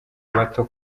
bato